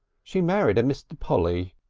she married a mr. polly.